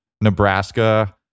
Nebraska